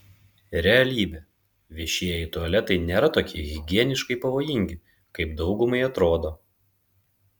realybė viešieji tualetai nėra tokie higieniškai pavojingi kaip daugumai atrodo